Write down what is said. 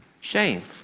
Shame